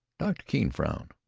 doctor keene frowned.